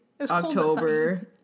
October